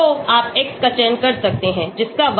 तो आप x का चयन कर सकते हैं जिसका y के साथ अच्छा संबंध है